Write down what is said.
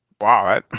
Wow